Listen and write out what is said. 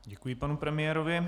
Děkuji panu premiérovi.